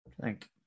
Thank